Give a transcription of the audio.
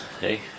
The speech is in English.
Hey